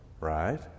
right